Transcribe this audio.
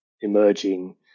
emerging